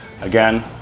Again